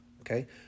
okay